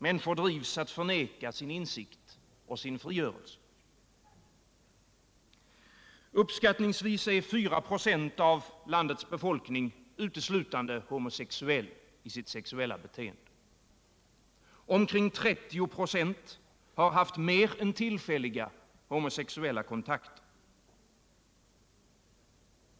Människor drivs att förneka sin insikt och sin frigörelse. Uppskattningsvis är 4 96 av landets befolkning uteslutande homosexuell i sitt sexuella beteende. Omkring 30 96 har haft mer än tillfälliga homosexuella kontakter.